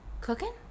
Cooking